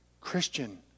Christian